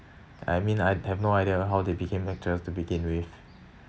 I mean I have no idea how they became lecturers to begin with